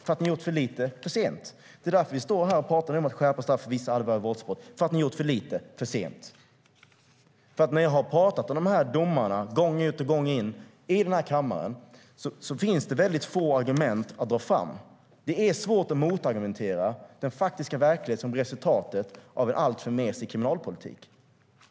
Ni har gjort för lite, för sent. Det är därför vi står här nu och pratar om att skärpa straffen för vissa allvarliga våldsbrott. Ni har gjort för lite, för sent. När jag pratar om de här domarna gång efter annan i den här kammaren finns det väldigt få argument att dra fram. Det är svårt att argumentera mot den faktiska verklighet som blir resultatet av en alltför mesig kriminalpolitik.